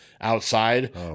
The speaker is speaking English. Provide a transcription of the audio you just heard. outside